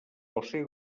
josé